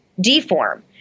deform